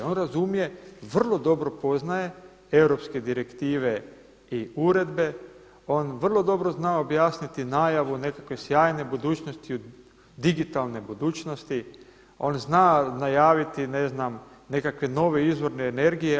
On razumije, vrlo dobro poznaje europske direktive i uredbe, on vrlo dobro zna objasniti najavu nekakve sjajne budućnosti, digitalne budućnosti, on zna najaviti ne znam nekakve nekakve nove izvore energije.